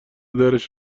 درش